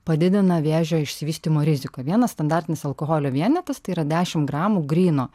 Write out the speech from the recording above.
padidina vėžio išsivystymo rizi vienas standartinis alkoholio vienetas tai yra dešimt gramų gryno